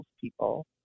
people